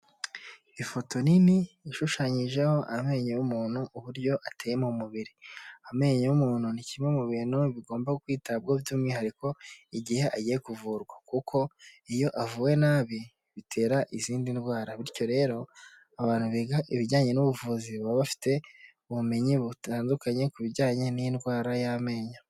Ifoto nini ishushanyijeho amenyo y'umuntu uburyo ateye mu mubiri. Amenyo y'umuntu ni kimwe mu bintu bigomba kwitabwaho by'umwihariko igihe agiye kuvurwa. Kuko iyo avuwe nabi bitera izindi ndwara. Bityo rero abantu biga ibijyanye n'ubuvuzi baba bafite ubumenyi butandukanye ku bijyanye n'indwara y'amenyo.